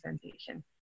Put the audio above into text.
sensation